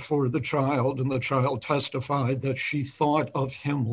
for the child in the trial testified that she thought of him